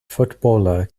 footballer